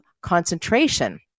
concentration